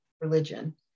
religion